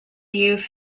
used